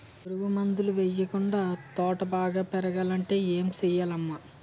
పురుగు మందులు యెయ్యకుండా తోట బాగా పెరగాలంటే ఏ సెయ్యాలమ్మా